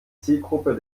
zielgruppe